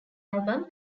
album